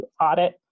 audit